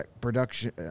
production